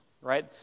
right